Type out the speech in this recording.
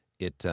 it.